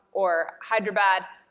or hyderabad,